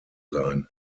sein